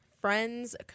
Friends